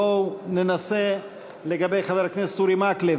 בואו ננסה לגבי חבר הכנסת אורי מקלב.